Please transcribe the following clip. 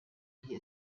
wie